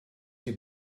die